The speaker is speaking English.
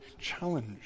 challenge